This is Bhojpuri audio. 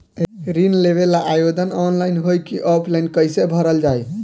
ऋण लेवेला आवेदन ऑनलाइन होई की ऑफलाइन कइसे भरल जाई?